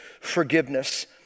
forgiveness